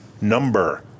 number